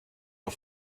auf